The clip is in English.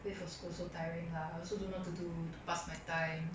wait for school also tiring lah I also don't know what to do to past my time